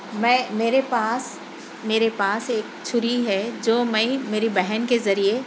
میں میرے پاس میرے پاس ایک چھری ہے جو میں میری بہن کے ذریعے